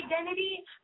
identity